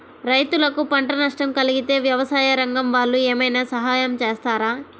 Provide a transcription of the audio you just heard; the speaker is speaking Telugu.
రైతులకు పంట నష్టం కలిగితే వ్యవసాయ రంగం వాళ్ళు ఏమైనా సహాయం చేస్తారా?